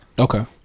okay